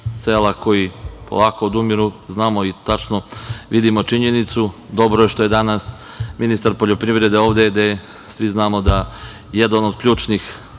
sela polako odumire znamo i tačno vidimo tu činjenicu. Dobro je što je danas ministar poljoprivrede ovde, gde svi znamo da je jedan od ključnih